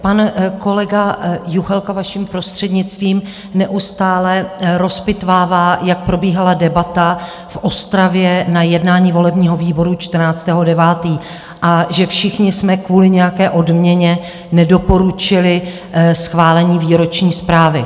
Pan kolega Juchelka, vaším prostřednictvím, neustále rozpitvává, jak probíhala debata v Ostravě na jednání volebního výboru 14. 9. 2022 a že všichni jsme kvůli nějaké odměně nedoporučili schválení výroční zprávy.